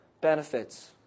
benefits